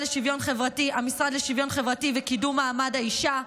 לשוויון חברתי "המשרד לשוויון חברתי וקידום מעמד האישה".